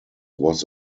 was